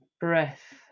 breath